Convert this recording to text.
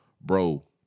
bro